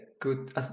good